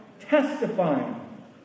testifying